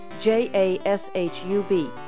J-A-S-H-U-B